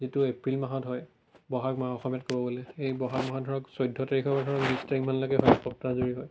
যিটো এপ্ৰিল মাহত হয় বহাগ মাহ অসমীয়াত ক'ব গ'লে এই বহাগ মাহত ধৰক চৈধ্য তাৰিখৰ বিছ তাৰিখমানলৈকে হয় এসপ্তাহজুৰি হয়